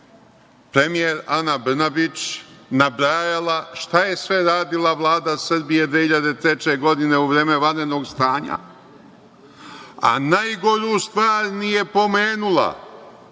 premijer Ana Brnabić nabrajala šta je sve radila Vlada Srbije 2003. godine u vreme vanrednog stanja, a najgoru stvar nije pomenula.